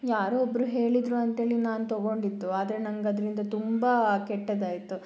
ಯಾರೋ ಒಬ್ಬರು ಹೇಳಿದರು ಅಂತ ಹೇಳಿ ನಾನು ತಗೊಂಡಿದ್ದು ಆದರೆ ನನಗದರಿಂದ ತುಂಬ ಕೆಟ್ಟದ್ದಾಯಿತು